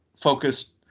focused